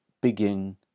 begin